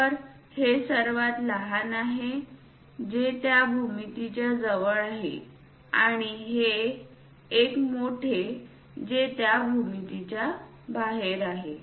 तर हे सर्वात लहान आहे जे त्या भूमितीच्या जवळ आहे आणि हे एक मोठे जे त्या भूमितीच्या बाहेर आहे